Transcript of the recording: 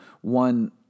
one